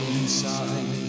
inside